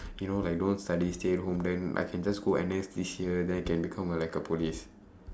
you know like don't study stay home then I can just go N_S this year then I can become uh like a police